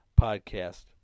podcast